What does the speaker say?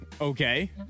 Okay